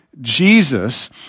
Jesus